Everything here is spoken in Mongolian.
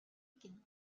гэнэ